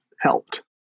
helped